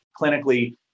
clinically